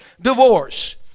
divorce